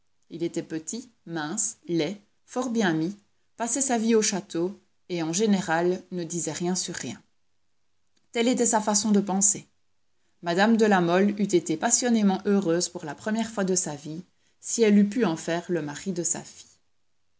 il était petit mince laid fort bien mis passait sa vie au château et en général ne disait rien sur rien telle était sa façon de penser mme de la mole eût été passionnément heureuse pour la première fois de sa vie si elle eût pu en faire le mari de sa fille